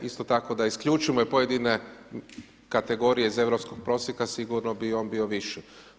Isto tako da isključimo pojedine kategorije iz Europskog prosjeka sigurno bi on bio viši.